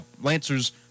Lancers